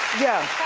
yeah,